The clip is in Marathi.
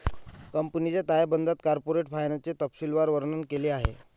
कंपनीच्या ताळेबंदात कॉर्पोरेट फायनान्सचे तपशीलवार वर्णन केले आहे